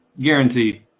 guaranteed